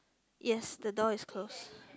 yes the door is closed